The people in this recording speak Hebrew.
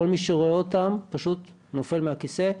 כל מי שרואה אותם פשוט נופל מהכיסא.